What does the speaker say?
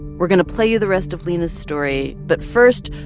we're going to play you the rest of lina's story. but first,